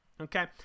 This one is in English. okay